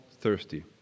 thirsty